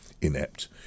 inept